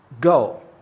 go